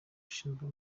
ushinzwe